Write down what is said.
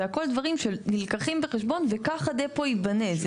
זה הכול דברים שנלקחים בחשבון וכך הדפו ייבנה.